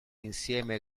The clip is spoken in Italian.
insieme